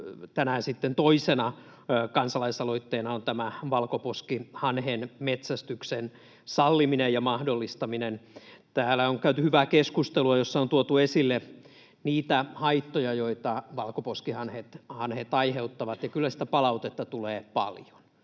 sitten toisena kansalaisaloitteena on tämä valkoposkihanhen metsästyksen salliminen ja mahdollistaminen. Täällä on käyty hyvää keskustelua, jossa on tuotu esille niitä haittoja, joita valkoposkihanhet aiheuttavat. Ja kyllä sitä palautetta tulee paljon.